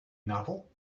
novel